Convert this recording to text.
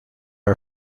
are